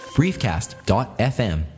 briefcast.fm